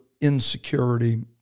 insecurity